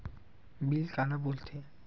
Bill काला बोल थे?